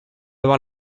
avoir